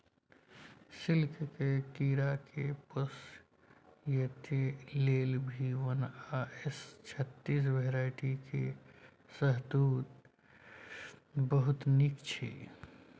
सिल्कक कीराकेँ पोसय लेल भी वन आ एस छत्तीस भेराइटी केर शहतुत बहुत नीक छै